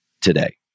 today